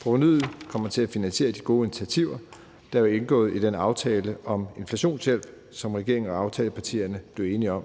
Provenuet kommer til at finansiere de gode initiativer, der jo indgår i den aftale om inflationshjælp, som regeringen og aftalepartierne blev enige om.